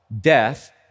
death